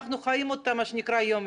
אנחנו חיים אותה יום-יום.